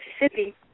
Mississippi –